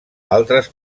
altres